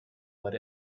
what